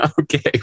Okay